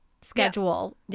schedule